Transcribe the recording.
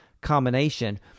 combination